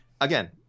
Again